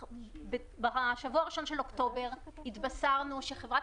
בשבוע הראשון של אוקטובר התבשרנו שחברת